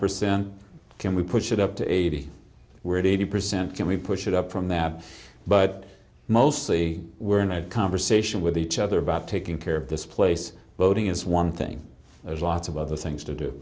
percent can we push it up to eighty we're at eighty percent can we push it up from that but mostly we're in a conversation with each other about taking care of this place voting is one thing there's lots of other things to do